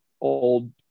old